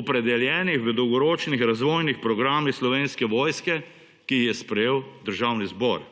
opredeljenih v dolgoročnih razvojnih programih Slovenske vojske, ki jih je sprejel Državni zbor.